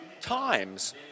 times